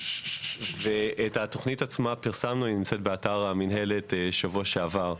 פרסמנו את התוכנית עצמה בשבוע שעבר,